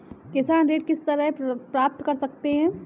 किसान ऋण किस तरह प्राप्त कर सकते हैं?